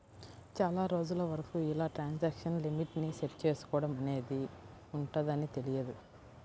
చాలా రోజుల వరకు ఇలా ట్రాన్సాక్షన్ లిమిట్ ని సెట్ చేసుకోడం అనేది ఉంటదని తెలియదు